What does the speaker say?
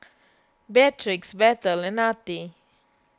Beatrix Bethel and Artie